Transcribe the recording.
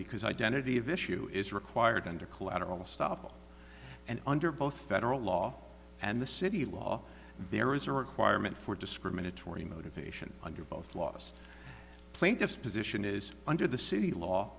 because identity of issue is required under collateral estoppel and under both federal law and the city law there is a requirement for discriminatory motivation under both laws plaintiff's position is under the city law